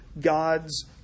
God's